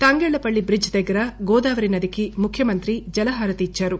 Thangallapalli bridge దగ్గర గోదావరి నదికి ముఖ్యమంత్రి జలహారతి ఇచ్చారు